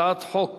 הצעת חוק